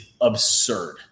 absurd